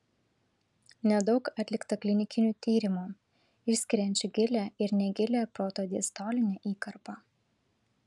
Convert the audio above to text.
nedaug atlikta klinikinių tyrimų išskiriančių gilią ir negilią protodiastolinę įkarpą